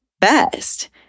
best